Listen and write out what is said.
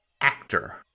actor